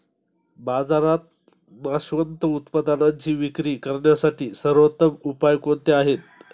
बाजारात नाशवंत उत्पादनांची विक्री करण्यासाठी सर्वोत्तम उपाय कोणते आहेत?